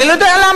אני לא יודע למה.